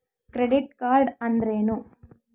Credit card ಅಂದ್ರೇನು?